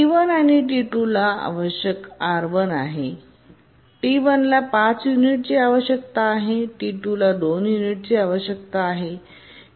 T1आणि T2ला R1 आवश्यक आहे T1ला 5 युनिट्सची आवश्यकता आहे T2ला 2 युनिट्सची आवश्यकता आहे